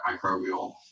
microbial